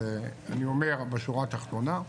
אני אומר בשורה התחתונה,